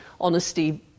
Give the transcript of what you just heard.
honesty